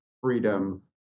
freedom